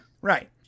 Right